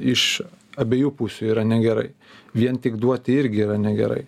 iš abiejų pusių yra negerai vien tik duoti irgi yra negerai